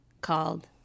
called